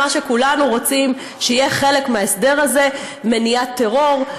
למה שכולנו רוצים שיהיה חלק מההסדר הזה: מניעת טרור,